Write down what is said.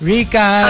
Rika